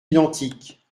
identiques